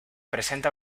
presenta